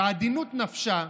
בעדינות נפשה,